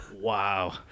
wow